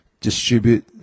distribute